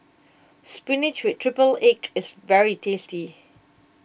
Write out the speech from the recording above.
Spinach with Triple Egg is very tasty